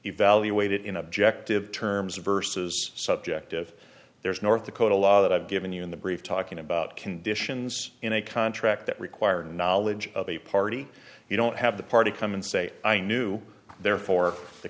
evaluated in objective terms of versus subjective there's north dakota law that i've given you in the brief talking about conditions in a contract that require knowledge of a party you don't have the party come and say i knew therefore the